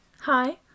Hi